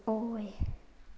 ꯑꯣꯏ